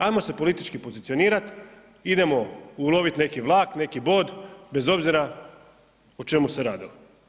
Ajmo se politički pozicionirat, idemo ulovit neki vlak, neki bod bez obzira o čemu se radilo.